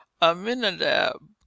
Aminadab